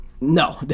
No